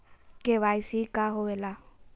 KYC का होवेला?